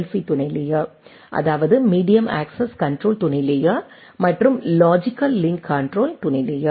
C துணை layer அதாவது medium access control துணை லேயர் மற்றும் லாஜிக்கல் லிங்க் கண்ட்ரோல் துணை லேயர்